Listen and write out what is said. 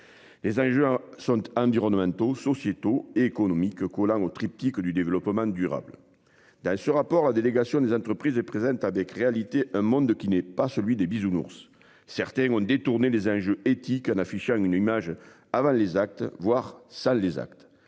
Les enjeux sont hein durant le manteau sociétaux économiques collant au triptyque du développement durable. Dans ce rapport, la délégation des entreprises et présente à des réalités. Un monde qui n'est pas celui des bisounours s'certains ont détourné les enjeux éthiques en affichant une image avant les actes voir ça les actes